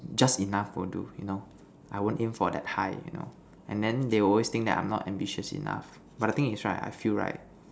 just enough will do you know I won't aim for that high you know and then they will always think that I'm not ambitious enough but the thing is right I feel right